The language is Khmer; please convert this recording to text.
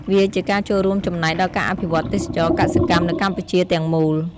វាជាការចូលរួមចំណែកដល់ការអភិវឌ្ឍទេសចរណ៍កសិកម្មនៅកម្ពុជាទាំងមូល។